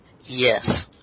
Yes